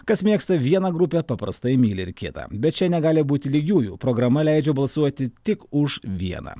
kas mėgsta vieną grupę paprastai myli ir kitą bet čia negali būti lygiųjų programa leidžia balsuoti tik už vieną